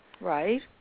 Right